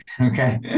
Okay